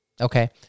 Okay